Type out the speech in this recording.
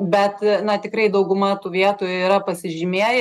bet na tikrai dauguma tų vietų yra pasižymėję